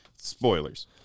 Spoilers